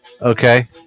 Okay